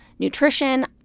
Nutrition